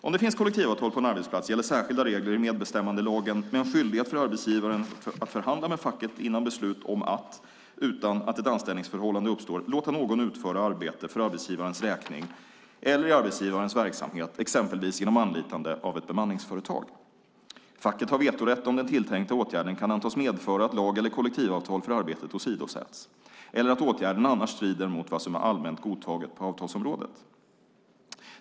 Om det finns kollektivavtal på en arbetsplats gäller särskilda regler i medbestämmandelagen med en skyldighet för arbetsgivaren att förhandla med facket innan beslut fattas om att, utan att ett anställningsförhållande uppstår, låta någon utföra arbete för arbetsgivarens räkning eller i arbetsgivarens verksamhet, exempelvis genom anlitande av ett bemanningsföretag. Facket har vetorätt om den tilltänkta åtgärden kan antas medföra att lag eller kollektivavtal för arbetet åsidosätts eller om åtgärden annars strider mot vad som är allmänt godtaget på avtalsområdet.